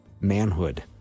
manhood